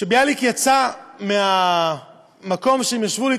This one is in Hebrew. כשביאליק יצא מהמקום שהם ישבו בו,